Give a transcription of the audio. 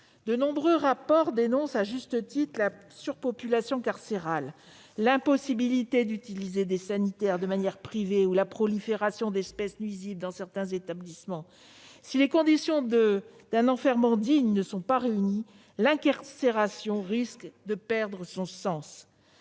De nombreux rapports dénoncent à juste titre la surpopulation carcérale, l'impossibilité d'utiliser des sanitaires de manière privée ou la prolifération d'espèces nuisibles dans certains établissements. Si les conditions d'un enfermement digne ne sont pas réunies, l'incarcération risque de perdre tout son sens.